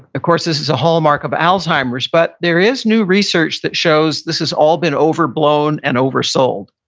of course this is a hallmark of alzheimer's. but there is new research that shows this is all been overblown and oversold.